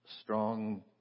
strong